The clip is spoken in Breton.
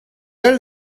all